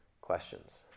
Questions